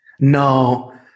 No